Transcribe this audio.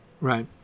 right